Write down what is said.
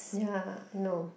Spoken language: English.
ya no